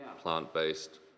plant-based